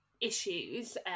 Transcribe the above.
issues